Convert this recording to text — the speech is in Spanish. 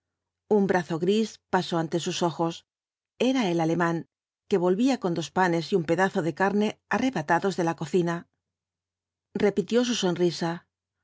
un brazo gris pasó ante sus ojos era el alemán que volvía con dos panes y un pedazo de carne arrebatados de la cocina repitió su sonrisa